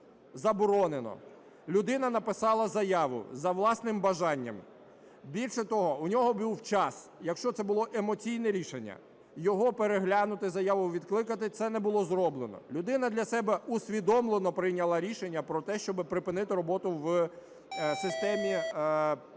заборонено. Людина написала заяву за власним бажанням. Більше того, у нього був час, якщо це було емоційне рішення, його переглянути, заяву відкликати, це не було зроблено. Людина для себе усвідомлено прийняла рішення про те, щоби припинити роботу в системі